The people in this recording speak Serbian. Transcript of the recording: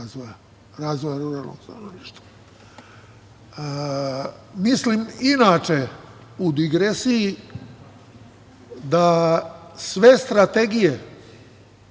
razvoja ruralnog stanovništva. Mislim, inače, u digresiji da sve strategije